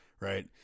right